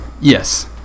yes